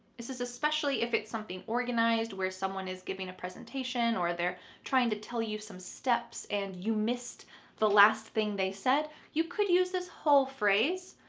this this especially if it's something organized where someone is giving a presentation or they're trying to tell you some steps and you missed the last thing they said, you could use this whole phrase,